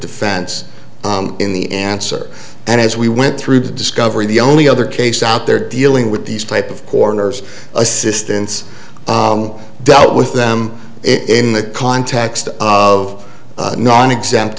defense in the answer and as we went through the discovery the only other case out there dealing with these type of coroners assistants dealt with them in the context of nonexempt